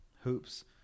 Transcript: Hoops